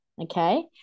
okay